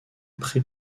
pré